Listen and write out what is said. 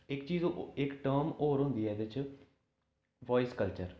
इक चीज इक टर्म होर होंदी एह्दे च वाइस कल्चर